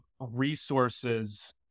resources